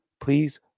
please